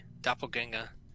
doppelganger